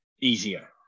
easier